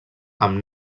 amb